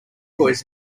boys